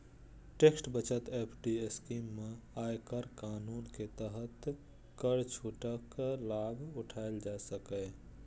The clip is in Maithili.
टैक्स बचत एफ.डी स्कीम सं आयकर कानून के तहत कर छूटक लाभ उठाएल जा सकैए